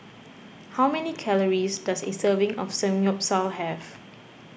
how many calories does a serving of Samgyeopsal have